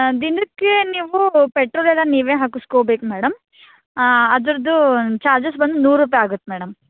ದಿನಕ್ಕೆ ನೀವು ಪೆಟ್ರೋಲ್ ಎಲ್ಲ ನೀವೇ ಹಾಕಸ್ಕೊಬೇಕು ಮೇಡಮ್ ಅದರದು ಚಾರ್ಜಸ್ ಬಂದು ನೂರು ರೂಪಾಯಿ ಆಗತ್ತೆ ಮೇಡಮ್